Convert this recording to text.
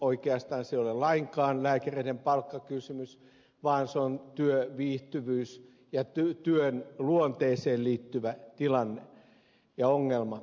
oikeastaan se ei ole lainkaan lääkäreiden palkkakysymys vaan se on työviihtyvyyteen ja työn luonteeseen liittyvä ongelma